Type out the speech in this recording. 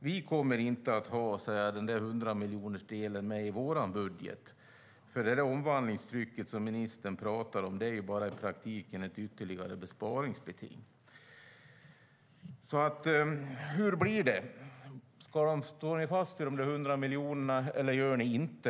Vi kommer inte att ha denna 100-miljonersdel med i vår budget. Det omvandlingstryck som ministern talar om är i praktiken bara ett ytterligare besparingsbeting. Hur blir det? Står ni fast vid de 100 miljonerna eller inte?